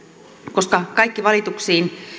koska kaikkiin valituksiin